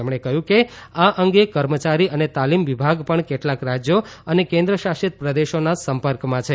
તેમણે કહ્યું કે આ અંગે કર્મચારી અને તાલીમ વિભાગ પણ કેટલાંક રાજ્યો અને કેન્દ્રશાસિત પ્રદેશોના સંપર્કમાં છે